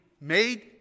made